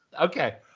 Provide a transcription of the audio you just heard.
Okay